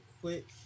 quick